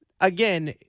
Again